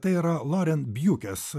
tai yra loren bjiukes